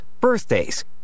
birthdays